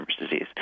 disease